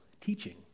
teaching